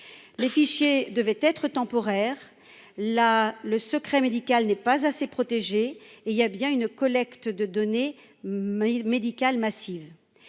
Le fichier devait être temporaire. Or le secret médical n'est pas assez protégé, et il y a bien une collecte massive de données médicales.